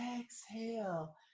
exhale